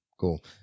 Cool